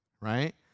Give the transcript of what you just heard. right